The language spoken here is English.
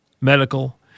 medical